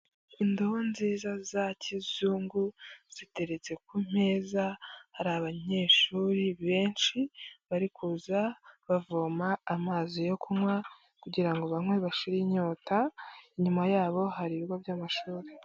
Indobo nziza za kizungu ziteretse ku meza hari abanyeshuri benshi bari kuza bavoma amazi yo kunywa, kugira ngo banywe bashire inyota inyuma yabo hari ibigo by'amashuri.